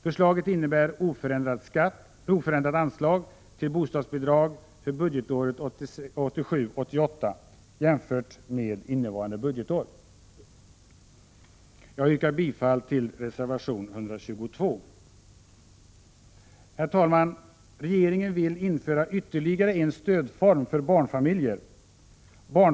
Förslaget innebär oförändrat anslag till bostadsbidrag för budgetåret 1987/88 jämfört med innevarande budgetår. Jag yrkar bifall till reservation 122. Herr talman! Regeringen vill införa ytterligare en stödform för barnfamiljer.